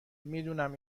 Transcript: میدونم